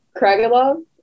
Kragelov